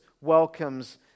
welcomes